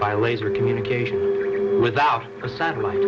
by laser communication without a satellite